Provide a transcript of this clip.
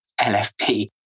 LFP